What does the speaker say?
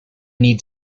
need